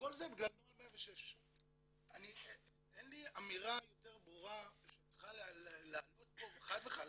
וכל זה בגלל נוהל 106. אין לי אמרה יותר ברורה שצריכה לעלות פה חד וחלק